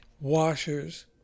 washers